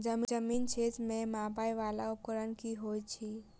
जमीन क्षेत्र केँ मापय वला उपकरण की होइत अछि?